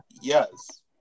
yes